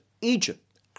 Egypt